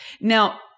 Now